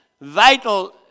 vital